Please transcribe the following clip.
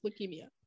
leukemia